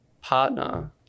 partner